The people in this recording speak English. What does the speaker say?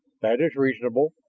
that is reasonable.